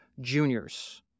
juniors